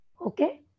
Okay